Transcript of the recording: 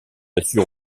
assure